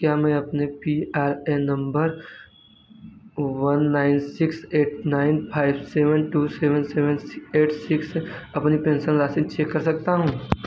क्या मैं अपने P R N number one nine six eight nine five seven two seven seven eight six अपनी pension राशि check कर सकता हूँ